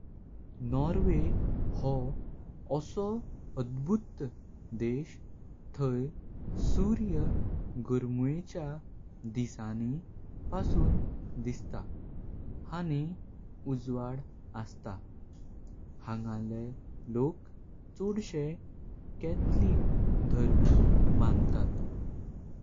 Norway हो अंसो अद्भुत देश थाय सूर्यो गर्मेच्या दिसाणी। पासून दिस्ता आनी उजवड असता। हांगरले लोक चोडस्चे कॅथॉलिक धर्म मानता।